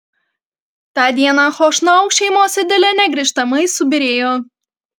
tą dieną chošnau šeimos idilė negrįžtamai subyrėjo